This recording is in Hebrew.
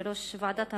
ראש ועדת המשנה,